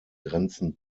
grenzen